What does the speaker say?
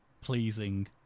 pleasing